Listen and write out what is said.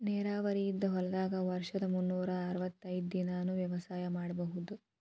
ನೇರಾವರಿ ಇದ್ದ ಹೊಲದಾಗ ವರ್ಷದ ಮುನ್ನೂರಾ ಅರ್ವತೈದ್ ದಿನಾನೂ ವ್ಯವಸಾಯ ಮಾಡ್ಬಹುದು